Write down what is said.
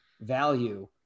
value